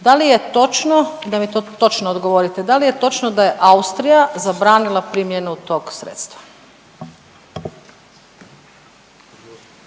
Da li je točno, da mi to točno odgovorite, da li je točno da je Austrija zabranila primjenu tog sredstva? **Majdak,